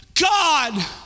God